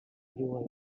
knew